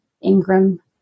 Ingram